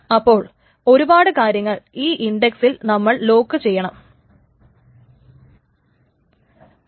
അപ്പോൾ ഒരുപാട് കാര്യങ്ങൾ ഈ ഇൻഡക്സിൽ നമ്മൾ ലോക്ക് ചെയ്യേണ്ടതായിട്ടുണ്ട്